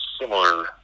similar